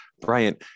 Brian